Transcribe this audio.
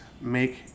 Make